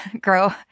grow